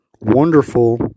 wonderful